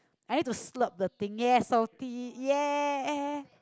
I need to slurp the things yes salty ya